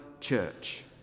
church